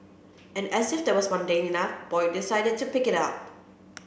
and as if that was mundane enough Boyd decided to pick it up